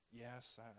Yes